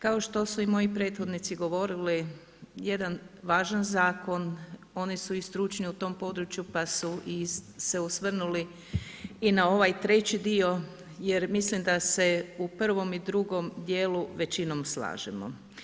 Kao što su i moji prethodnici govorili, jedan važan zakon, oni su i stručni u tom području pa su se i osvrnuli na ovaj treći dio jer mislim da se u prvom i drugom djelu većinom slažemo.